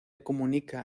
comunica